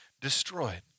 destroyed